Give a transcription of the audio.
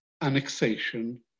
annexation